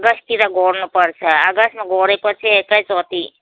अगस्ततिर गोड्नुपर्छ अगस्तमा गोडेपछि एकैचोटि